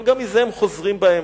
אבל גם מזה הם חוזרים בהם,